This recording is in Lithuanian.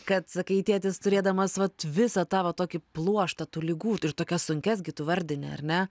kad sakai tėtis turėdamas vat visą tą va tokį pluoštą tų ligų ir tokias sunkias gi tu vardini ar ne